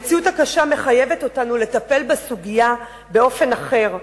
המציאות הקשה מחייבת אותנו לטפל בסוגיה באופן אחר.